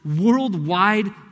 worldwide